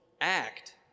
act